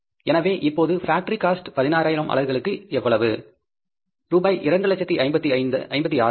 எனவே இப்போது மொத்த பேக்டரி காஸ்ட் 16000 அலகுகளுக்கு எவ்வளவு ரூபாய் 256000